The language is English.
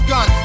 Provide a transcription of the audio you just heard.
Gun